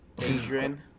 Adrian